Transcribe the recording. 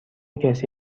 کسی